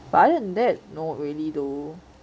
but other than that no already though